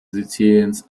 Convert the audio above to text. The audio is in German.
siziliens